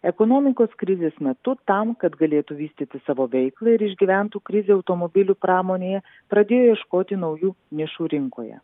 ekonomikos krizės metu tam kad galėtų vystyti savo veiklą ir išgyventų krizę automobilių pramonėje pradėjo ieškoti naujų nišų rinkoje